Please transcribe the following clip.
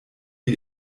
wir